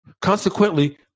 Consequently